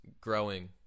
growing